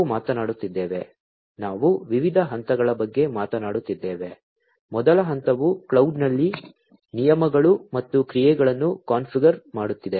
ನಾವು ಮಾತನಾಡುತ್ತಿದ್ದೇವೆ ನಾವು ವಿವಿಧ ಹಂತಗಳ ಬಗ್ಗೆ ಮಾತನಾಡುತ್ತಿದ್ದೇವೆ ಮೊದಲ ಹಂತವು ಕ್ಲೌಡ್ನಲ್ಲಿ ನಿಯಮಗಳು ಮತ್ತು ಕ್ರಿಯೆಗಳನ್ನು ಕಾನ್ಫಿಗರ್ ಸಂರಚಿಸಲು ಮಾಡುತ್ತಿದೆ